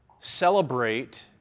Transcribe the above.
celebrate